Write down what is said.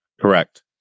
Correct